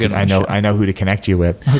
and i know i know who to connect you with,